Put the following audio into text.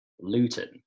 Luton